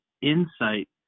insight